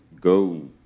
go